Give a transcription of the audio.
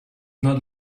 not